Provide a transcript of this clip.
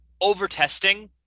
over-testing